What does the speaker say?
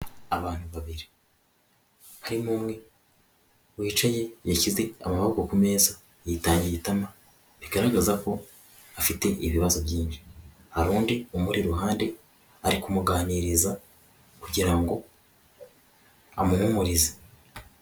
Abantu babiri, harimo umwe wicaye washyize amaboko ku meza, yitangiye itama bigaragaza ko afite ibibazo byinshi, hari undi umuri iruhande, ari kumuganiriza kugirango ngo amuhumurize.